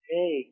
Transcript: Hey